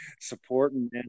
Supporting